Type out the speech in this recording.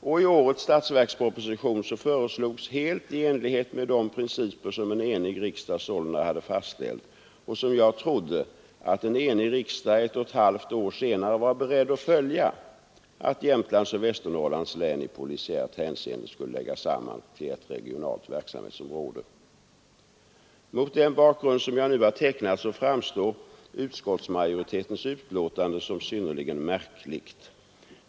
I årets statsverksproposition föreslogs helt i enlighet med de principer, som en enig riksdag sålunda hade fastställt och som jag trodde att en enig riksdag ett och ett halvt år senare var beredd att följa, att Jämtlands och Västernorrlands län i polisiärt hänseende skulle läggas samman till ett regionalt verksamhetsområde. Mot den bakgrund som jag nu har tecknat framstår utskottsmajoritetens yttrande som synnerligen märkligt.